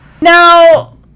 Now